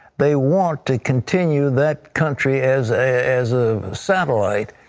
they want to continue that country, as ah as ah satellite,